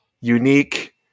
unique